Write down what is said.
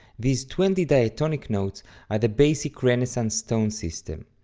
these twenty diatonic notes are the basic renaissance tone system,